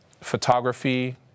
photography